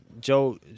Joe